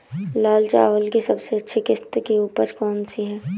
लाल चावल की सबसे अच्छी किश्त की उपज कौन सी है?